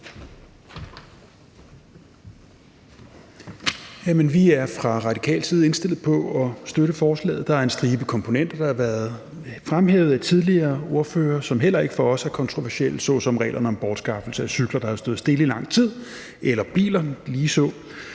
Vi er fra radikal side indstillet på at støtte forslaget. Der er en stribe komponenter, der har været fremhævet af tidligere ordfører, og som heller ikke for os er kontroversielle, såsom reglerne om bortskaffelse af cykler, der har stået stille i lang tid, og biler ligeså.